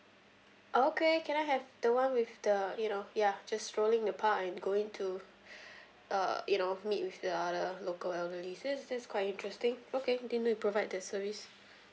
okay can I have the one with the you know ya just strolling the park and going to uh you know meet with the other local elderlies this this is quite interesting okay didn't know you provide that service